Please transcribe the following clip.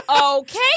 Okay